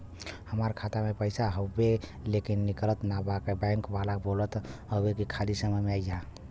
हमार खाता में पैसा हवुवे लेकिन निकलत ना बा बैंक वाला बोलत हऊवे की खाली समय में अईहा